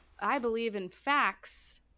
I-Believe-In-Facts